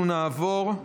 אנחנו נעבור,